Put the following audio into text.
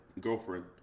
girlfriend